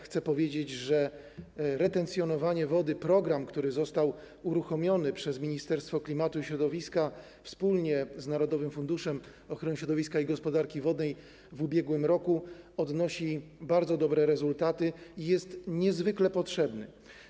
Chcę powiedzieć, że program retencjonowania wody, który został uruchomiony przez Ministerstwo Klimatu i Środowiska wspólnie z Narodowym Funduszem Ochrony Środowiska i Gospodarki Wodnej w ubiegłym roku, osiąga bardzo dobre rezultaty i jest niezwykle potrzebny.